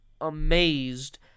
amazed